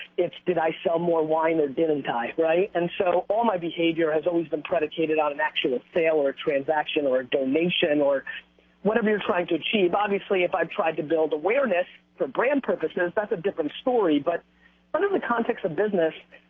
if did i sell more wine, or didn't i, right? and so all my behavior has always been predicated on an actual sale or transaction or donation or whatever you're trying to achieve. obviously if i've tried to build awareness for brand purposes that's a different story, but what is the context of business,